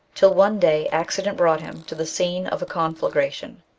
till one day accident brought him to the scene of a confla gration.